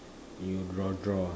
you draw draw ah